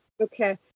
Okay